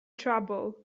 trouble